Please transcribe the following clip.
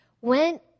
went